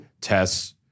tests